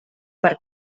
per